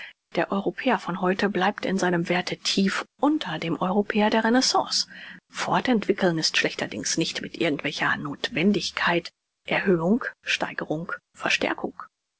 der europäer von heute bleibt in seinem werthe tief unter dem europäer der renaissance fortentwicklung ist schlechterdings nicht mit irgend welcher nothwendigkeit erhöhung steigerung verstärkung